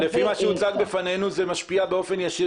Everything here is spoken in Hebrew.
לפי מה שהוצג בפנינו זה משפיע באופן ישיר